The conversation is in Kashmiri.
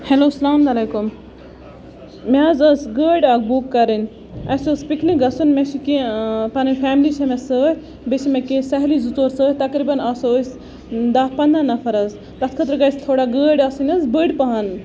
ہٮ۪لو اسلام علیکُم مےٚ حظ ٲس گٲڑۍ اکھ بُک کَرٕنۍ اَسہِ اوس پِکنِک گژھُن مےٚ چھِ کیٚنہہ پَنٕنۍ فیملی چھےٚ مےٚ سۭتۍ بیٚیہِ چھِ مےٚ کیٚنہہ سہلی زٕ ژور سۭتۍ تَقریٖبَن آسو أسۍ دہ پَندہ نَفر حظ تَتھ خٲطرٕ گژھِ تھوڑا گٲڑۍ آسٕنۍ حظ بٔڑ پَہن